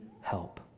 help